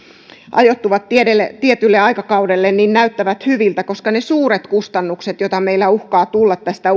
ajoittuvat tietylle tietylle aikakaudelle näyttävät hyviltä koska ne suuret kustannukset joita meille uhkaa tulla tästä